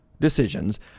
decisions